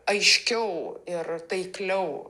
aiškiau ir taikliau